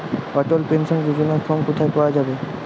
অটল pension যোজনার form কোথায় পাওয়া যাবে?